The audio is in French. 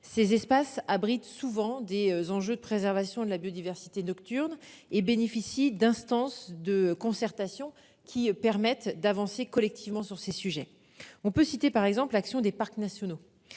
ces espaces abritent souvent des enjeux de préservation de la biodiversité nocturne et bénéficie d'instance de concertation qui permettent d'avancer collectivement sur ces sujets, on peut citer par exemple l'action des parcs nationaux.